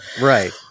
right